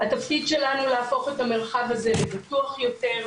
התפקיד שלנו להפוך את המרחב הזה לבטוח יותר,